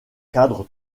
cadre